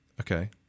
Okay